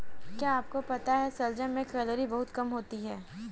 क्या आपको पता है शलजम में कैलोरी बहुत कम होता है?